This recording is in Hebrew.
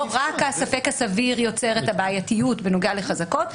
לא רק הספק הסביר יוצר את הבעייתיות בנוגע לחזקות.